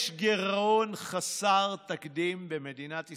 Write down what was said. יש גירעון חסר תקדים במדינת ישראל,